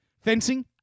Fencing